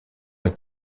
est